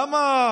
למה